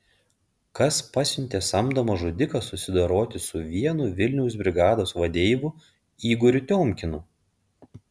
kas pasiuntė samdomą žudiką susidoroti su vienu vilniaus brigados vadeivų igoriu tiomkinu